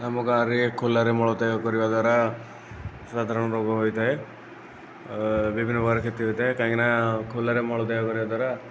ଆମ ଗାଁରେ ଖୋଲାରେ ମଳତ୍ୟାଗ କରିବା ଦ୍ୱାରା ସାଧାରଣ ରୋଗ ହୋଇଥାଏ ବିଭିନ୍ନ ପ୍ରକାର କ୍ଷତି ହୋଇଥାଏ କାହିଁକିନା ଖୋଲାରେ ମଳତ୍ୟାଗ କରିବା ଦ୍ୱାରା